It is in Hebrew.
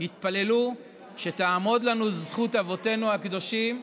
יתפללו שתעמוד לנו זכות אבותינו הקדושים,